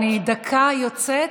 אני דקה יוצאת.